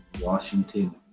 Washington